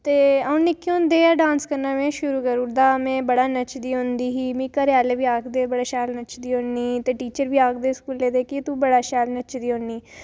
ते अंऊ निक्के होंदे गै में डांस करना शुरू करी ओड़दा हा में बड़ा नचदी होंदी ही मिगी घरै आह्ले बी आखदे ही तू शैल नच्चनी होनी ते टीचर बी आखदे स्कूले दे तू बड़ा शैल नचदी होंदी